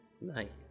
night